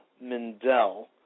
Mendel